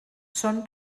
són